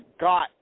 got